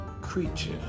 creature